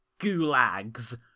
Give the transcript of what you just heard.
gulags